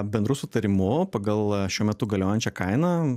bendru sutarimu pagal šiuo metu galiojančią kainą